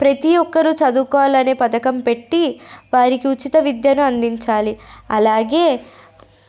ప్రతీ ఒక్కరూ చదువుకోవాలనే పథకం పెట్టి వారికి ఉచిత విద్యను అందించాలి అలాగే